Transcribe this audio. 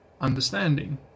understanding